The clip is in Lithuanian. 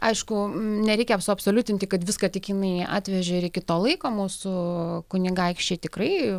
aišku nereikia suabsoliutinti kad viską tik jinai atvežė ir iki to laiko mūsų kunigaikščiai tikrai